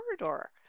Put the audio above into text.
corridor